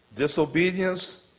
Disobedience